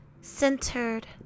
centered